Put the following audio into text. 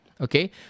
okay